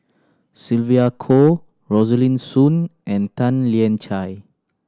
Sylvia Kho Rosaline Soon and Tan Lian Chye